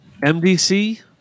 MDC